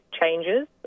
changes